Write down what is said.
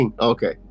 Okay